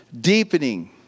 deepening